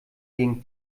gegen